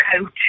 coach